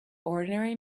ordinary